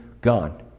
Gone